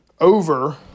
over